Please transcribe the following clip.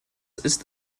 ist